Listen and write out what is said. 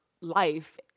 life